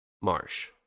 Marsh